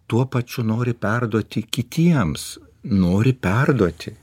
tuo pačiu nori perduoti kitiems nori perduoti